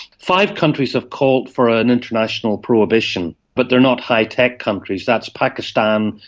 five countries have called for an international prohibition, but they are not high-tech countries, that's pakistan,